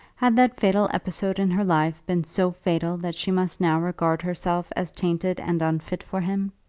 had that fatal episode in her life been so fatal that she must now regard herself as tainted and unfit for him?